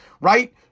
Right